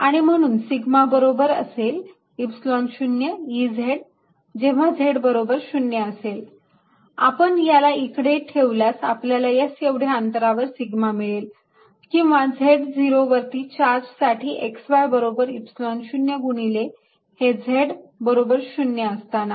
आणि म्हणून सिग्मा बरोबर असेल Epsilon 0 Ez जेव्हा z बरोबर 0 असेल आपण याला इकडे ठेवल्यास आपल्याला s एवढ्या अंतरावर सिग्मा मिळेल किंवा Z0 वरती चार्ज साठी xy बरोबर Epsilon 0 गुणिले हे z बरोबर 0 असताना